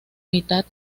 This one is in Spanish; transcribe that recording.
mitad